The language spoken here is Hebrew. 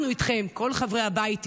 אנחנו איתכם, כל חברי הבית איתכם.